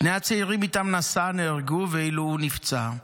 שני הצעירים שאיתם נסע נהרגו, ואילו הוא נפצע.